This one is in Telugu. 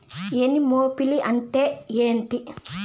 ఎనిమోఫిలి అంటే ఏంటి?